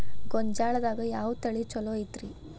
ಗೊಂಜಾಳದಾಗ ಯಾವ ತಳಿ ಛಲೋ ಐತ್ರಿ?